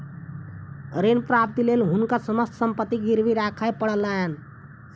ऋण प्राप्तिक लेल हुनका समस्त संपत्ति गिरवी राखय पड़लैन